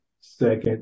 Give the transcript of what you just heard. second